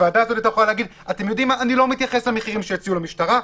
הוועדה הזאת הייתה יכולה להגיד: אני לא מתייחסת למחירים שהציעו למשטרה,